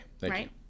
Right